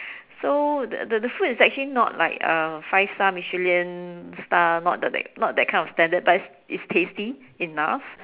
so the the food is actually not like uh five star Michelin Star not the like not that kind of standard but it's it's tasty enough